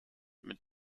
mit